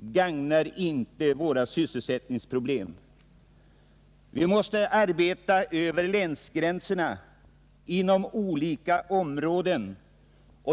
gagnar inte sysselsättningen. Vi måste arbeta över länsgränserna på alla områden.